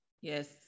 yes